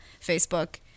facebook